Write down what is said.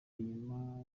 inyuma